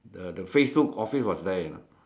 the the phase two coffee was there you know